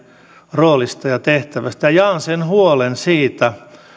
roolista ja tehtävästä jaan sen huolen siitä